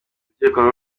rubyiruko